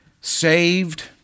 Saved